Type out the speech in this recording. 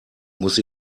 muss